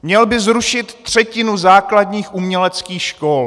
Měl by zrušit třetinu základních uměleckých škol!